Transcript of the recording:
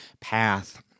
path